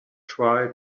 try